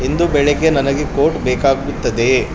ಇಂದು ಬೆಳಗ್ಗೆ ನನಗೆ ಕೋಟ್ ಬೇಕಾಗುತ್ತದೆಯೇ